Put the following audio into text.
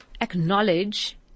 acknowledge